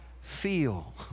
feel